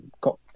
got